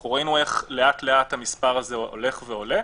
אנחנו רואים איך לאט-לאט המספר הזה הולך ועולה,